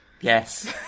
Yes